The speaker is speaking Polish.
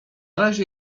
razie